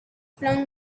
flung